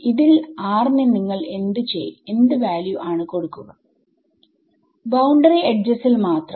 ൽ rന് നിങ്ങൾ എന്ത് value ആണ് കൊടുക്കുക ബൌണ്ടറി എഡ്ജസ് ൽ മാത്രം